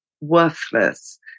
worthless